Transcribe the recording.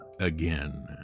again